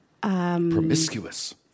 Promiscuous